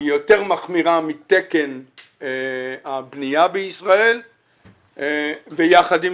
היא יותר מחמירה מתקן הבנייה בישראל ויחד עם